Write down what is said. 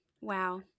wow